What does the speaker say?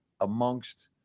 amongst